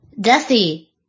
Dusty